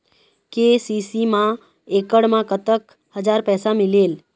KCC मा एकड़ मा कतक हजार पैसा मिलेल?